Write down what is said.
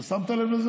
אתה שמת לב?